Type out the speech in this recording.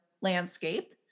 landscape